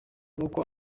nuko